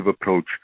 approach